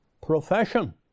profession